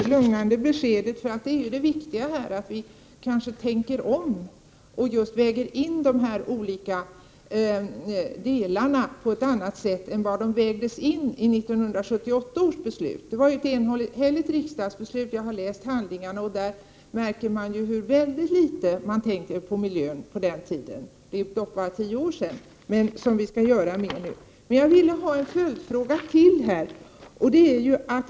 Fru talman! Jag tackar för det lugnande beskedet. Det viktiga är ju just att vi tänker om och väger de olika delarna mot varandra på ett annat sätt än vad som gjordes i 1978 års beslut. Det var ett enhälligt riksdagsbeslut. Jag har läst handlingarna, och där märks det hur väldigt litet man på den tiden tänkte på miljön, och det är dock bara tio år sedan. Men jag vill ställa ännu en följdfråga.